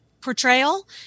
portrayal